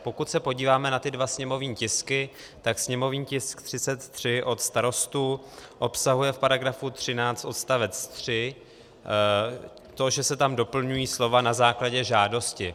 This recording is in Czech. Pokud se podíváme na ty dva sněmovní tisky, tak sněmovní tisk 33 od Starostů obsahuje v § 13 odst. 3 to, že se tam doplňují slova na základě žádosti.